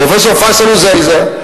פרופסור פייסל עזאיזה,